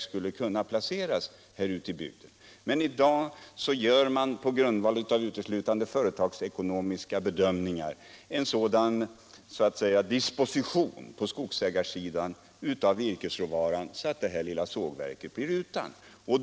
Men om man gör uteslutande företagsekonomiska bedömningar på skogsägarsidan kan det lilla sågverket bli utan råvara.